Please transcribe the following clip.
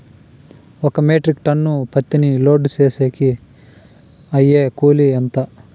ఒక metric tonne పత్తిని load వేసేకి అయ్యే కూలి ఎంత?